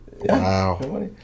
Wow